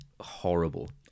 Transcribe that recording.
horrible